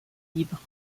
libre